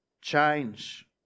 Change